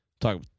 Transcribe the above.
Talk